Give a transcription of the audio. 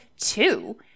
two